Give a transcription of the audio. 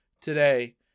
today